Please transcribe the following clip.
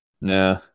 Nah